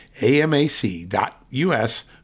AMAC.US